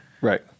Right